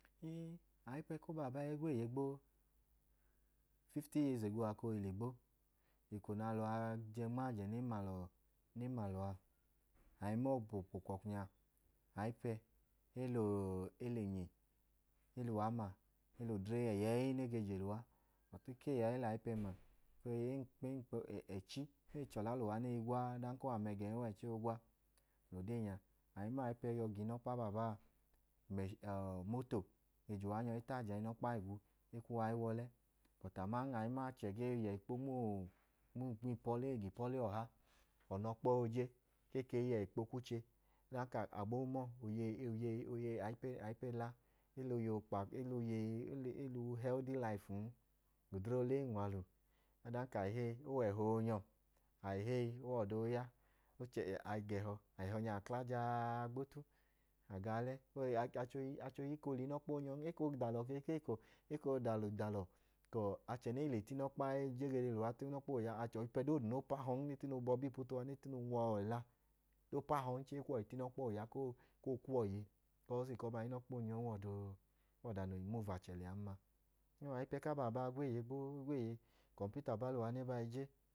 Ii, ayipẹ ku obaa baa, e gweeye gboo. Fifti yees ego a koo i ligbo. Eko nẹ alọ a jẹ nma ajẹ nẹ e ma alọ a, a i ma ọọ ka ọkwọọkwu nya, ayipẹ, e lẹ ọọ, e le enyi, e lẹ uwa ma, o lẹ odre ẹyẹẹyi nẹ e ge je lẹ uwa. Bọt ikee a, e lẹ ayipẹ ma, i ko, enkpeenkpọ ne, ẹchi ne i le chọla lẹ uwa gwa a. Ọdanka o wẹ amẹ gẹn, o wẹ ẹchi oogwa mla ode nya. A i ma ọọ ayipẹ yọi ga inọkpa baa baa, umẹẹ, umoto ge nyọi je uwa ta ajẹ inọkpa i gwu e nyọ i kwu uwa i wa ọlẹ. Bọtu a i ma achẹ gee yẹ ikpo nma ipọlẹ ei ga ipọlẹ ọha, ọnu ọkpa ooje, e ke i yẹ ikpo kwu che. Ọdanka a gboo ma ọọ, oyeyi, oyeyi oyeyi, ayipẹ la, e la oyeyi okpaakpa, e la oyeyi uhẹldi layifun. Odre oole wẹ unwalu. Ọdanka a i heyi, o wẹ ẹhọ oonyọ, a i heyi o wẹ ọda ooya, a i ga ẹhọ. Ẹhọ nya a kla jaa gba otu, a ga ọlẹ. achẹ ohi, achẹ ohi i koo lẹ inọkpa oonyọn. E koo da alọ ikee ka, e koo da alọ ka achẹ nee le ta inọkpa a, e jegede lẹ uwa ta inọkpa, o ya ku ọyipẹ doodu noo pahọn ne tine oobọbi ipu tu uwa ne tine oonwu uwa ẹla, nẹ e pahọn, e kwu uwọ i ta inọkpa oya koo kwu uwọ iye. Inọkpa oonyọ i wẹ ọda noo i muuvu achẹ liyan ma. Ayipẹ ba i gweeye, e gweeye, ukọmputa ba lẹ ywa ne bai ije